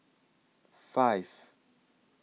five